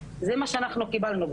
זה מה שאנחנו קיבלנו,